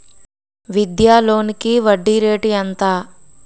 విద్యా లోనికి వడ్డీ రేటు ఎంత?